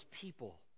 people